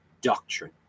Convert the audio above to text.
doctrine